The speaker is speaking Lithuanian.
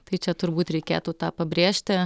tai čia turbūt reikėtų tą pabrėžti